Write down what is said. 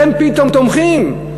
איך הם פתאום תומכים?